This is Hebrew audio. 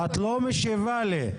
את לא משיבה לי.